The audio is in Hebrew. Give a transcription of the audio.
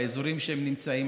באזורים שהם נמצאים,